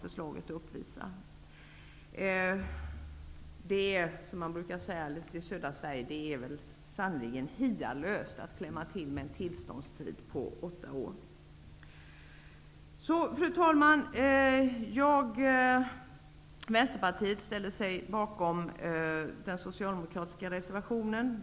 Det är, som man i södra Sverige brukar säga, sannerligen hialöst med en så lång tillståndstid. Fru talman! Vänsterpartiet yrkar bifall till den socialdemokratiska reservationen.